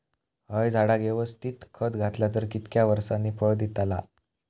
हया झाडाक यवस्तित खत घातला तर कितक्या वरसांनी फळा दीताला?